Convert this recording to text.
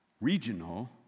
regional